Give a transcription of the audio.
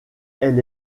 elle